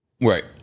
Right